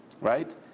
right